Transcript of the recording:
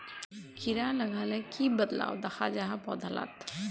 कीड़ा लगाले की बदलाव दखा जहा पौधा लात?